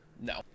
no